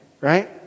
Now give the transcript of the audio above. right